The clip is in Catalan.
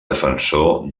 defensor